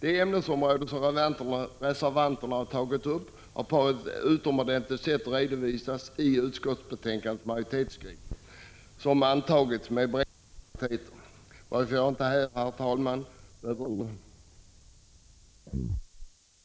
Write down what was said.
De ämnesområden som reservanterna har tagit upp har på ett utomordentligt sätt redovisats i utskottsbetänkandets majoritetsskrivning, som har antagits med breda majoriteter, varför jag, herr talman, inte behöver kommentera dem ytterligare. Daniel Tarschys är besviken på utskottsmajoriteten, och det må han väl vara. Utskottsmajoriteten kan väl också vara besviken på Daniel Tarschys. Herr talman!